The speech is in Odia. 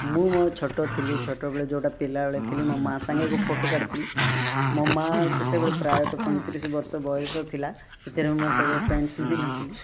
ମୁଁ ମୋ ଛୋଟ ଥିଲି ଛୋଟବେଳେ ଯେଉଁଟା ପିଲାବେଳେ ଥିଲି ମୋ ମା ସାଙ୍ଗେ ଫଟୋ କାଢ଼ିଥିଲି ମୋ ମା ସେତେବେଳେ ପ୍ରାୟତଃ ପଇଁତିରିଶି ବର୍ଷ ବୟସ ଥିଲା ସେତେବେଳେ ମୁଁ କେବଳ ପ୍ୟାଣ୍ଟ୍ ପିନ୍ଧି ନଥିଲି